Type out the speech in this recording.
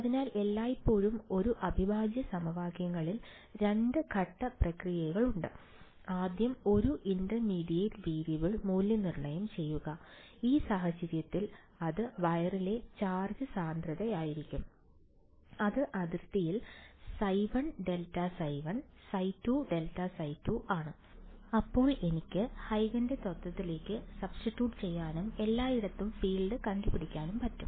അതിനാൽ എല്ലായ്പ്പോഴും ഒരു അവിഭാജ്യ സമവാക്യങ്ങളിൽ 2 ഘട്ട പ്രക്രിയയുണ്ട് ആദ്യം ഒരു ഇന്റർമീഡിയറ്റ് വേരിയബിൾ മൂല്യനിർണ്ണയം ചെയ്യുക ഈ സാഹചര്യത്തിൽ അത് വയറിലെ ചാർജ് സാന്ദ്രതയായിരുന്നു അത് അതിർത്തിയിൽ ϕ1∇ϕ1 ϕ2∇ϕ2 ആണ് അപ്പോൾ എനിക്ക് ഹ്യൂഗൻസ് തത്വത്തിലേക്ക് സബ്സ്റ്റിറ്റ്യൂട്ട് ചെയ്യാനും എല്ലായിടത്തെയും ഫീൽഡ് കണ്ടുപിടിക്കാനും പറ്റും